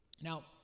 Now